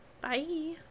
Bye